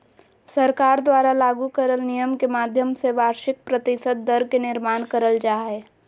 सरकार द्वारा लागू करल नियम के माध्यम से वार्षिक प्रतिशत दर के निर्माण करल जा हय